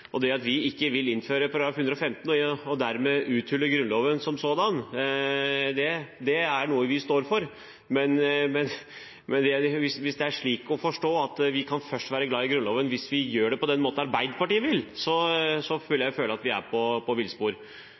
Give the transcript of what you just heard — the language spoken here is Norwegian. Det at vi ikke vil innføre ny § 115 og dermed uthule Grunnloven som sådan, det er noe vi står for. Men hvis det er slik å forstå at vi kan være glad i Grunnloven først hvis vi gjør det på den måten Arbeiderpartiet vil, føler jeg at vi er på villspor.